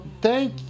thank